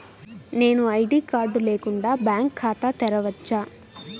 నేను ID card లేకుండా bank ఖాతా తెరవచ్చా?